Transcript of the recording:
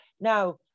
Now